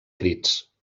crits